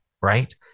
Right